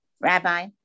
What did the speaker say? Rabbi